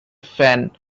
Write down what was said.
fan